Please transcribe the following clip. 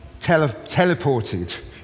teleported